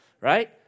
Right